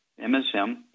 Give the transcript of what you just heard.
MSM